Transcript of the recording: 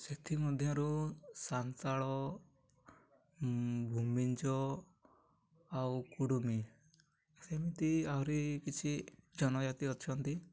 ସେଥି ମଧ୍ୟରୁ ସାନ୍ତାଳ ଭୂମିଜ ଆଉ କୁଡ଼ୁମି ସେମିତି ଆହୁରି କିଛି ଜନଜାତି ଅଛନ୍ତି